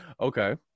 Okay